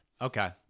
Okay